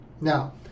Now